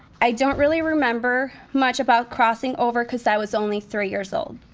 i don't really remember much about crossing over cause i was only three years old.